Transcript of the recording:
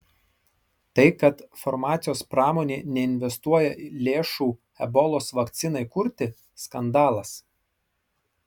tai kad farmacijos pramonė neinvestuoja lėšų ebolos vakcinai kurti skandalas